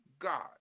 God